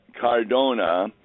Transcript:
Cardona